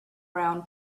round